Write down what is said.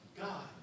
God